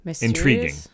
intriguing